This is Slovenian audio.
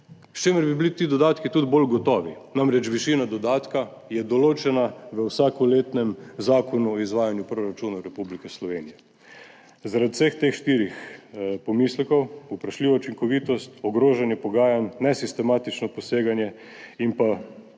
s čimer bi bili ti dodatki tudi bolj gotovi, namreč višina dodatka je določena v vsakoletnem zakonu o izvajanju proračuna Republike Slovenije. Zaradi vseh teh štirih pomislekov – vprašljiva učinkovitost, ogrožanje pogajanj, nesistematično poseganje in